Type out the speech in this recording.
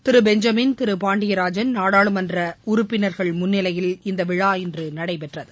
திரு Benjamin திரு பாண்டியராஜன் நாடாளுமன்ற உறுப்பினர்கள் முன்னிலையில் இந்த விழா இன்று நடைபெற்றது